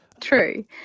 True